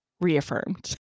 reaffirmed